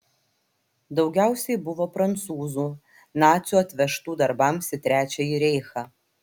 daugiausiai buvo prancūzų nacių atvežtų darbams į trečiąjį reichą